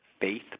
faith